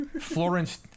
Florence